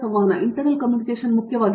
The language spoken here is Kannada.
ಪ್ರತಾಪ್ ಹರಿಡೋಸ್ ಆಂತರಿಕ ಸಂವಹನವು ಮುಖ್ಯವಾಗಿದೆ